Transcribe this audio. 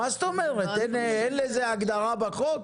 מה זאת אומרת, אין לזה הגדרה בחוק?